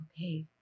okay